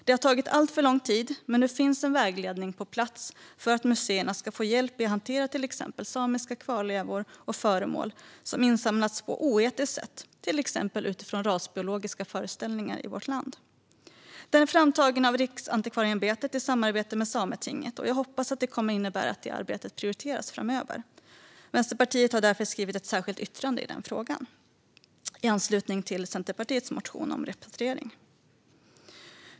Det har tagit alltför lång tid, men nu finns en vägledning på plats för att museerna ska få hjälp att hantera till exempel samiska kvarlevor och föremål som insamlats på ett oetiskt sätt, till exempel utifrån rasbiologiska föreställningar i vårt land. Vägledningen är framtagen av Riksantikvarieämbetet i samarbete med Sametinget. Jag hoppas att det här kommer att innebära att detta arbete prioriteras framöver. Vänsterpartiet har därför skrivit ett särskilt yttrande i frågan i anslutning till Centerpartiets motion om repatriering.